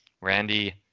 Randy